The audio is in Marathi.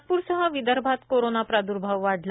नागपूरसह विदर्भात कोरोना प्रादुर्भाव वाढला